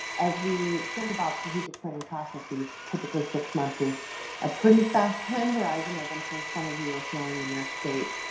as we think about strategic planning processes, typically six months is a pretty fast time horizon, as i am sure some of you are feeling in your states.